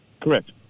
Correct